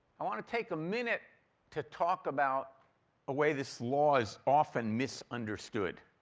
i want to take a minute to talk about a way this law is often misunderstood.